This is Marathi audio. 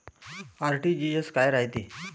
आर.टी.जी.एस काय रायते?